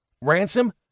ransom